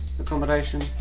Accommodation